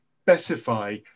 specify